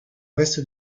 reste